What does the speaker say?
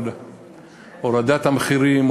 על הורדת המחירים,